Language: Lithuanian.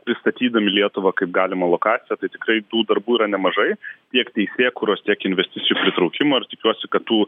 pristatydami lietuvą kaip galimą lokaciją tai tikrai tų darbų yra nemažai tiek teisėkūros tiek investicijų pritraukimo ir tikiuosi kad tų